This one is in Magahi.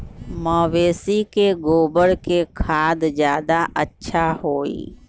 मवेसी के गोबर के खाद ज्यादा अच्छा होई?